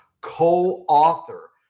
co-author